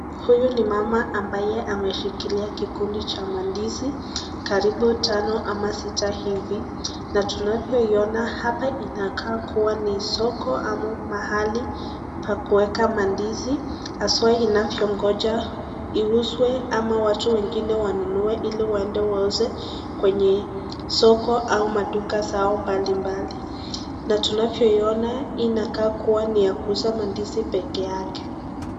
Huyu ni mama ambaye ameshika kile kikundi cha mandizi karibu tano ama sita hivi, na tunavyoiona hapa inakaa kuwa ni soko au mahali pa kuweka mandizi haswa zinazongoja ziuzwe ama watu wengine wanunue ili waende wauze kwenye soko au maduka zao mbalimbali, na tunavyoiona inakaa kuwa ya kuuza mandizi peke yake.